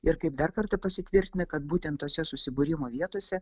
ir kaip dar kartą pasitvirtina kad būtent tose susibūrimo vietose